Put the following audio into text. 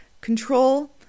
control